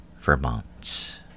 Vermont